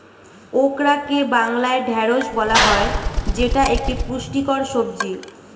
ওকরাকে বাংলায় ঢ্যাঁড়স বলা হয় যেটা একটি পুষ্টিকর সবজি